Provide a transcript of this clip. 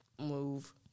move